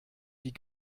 die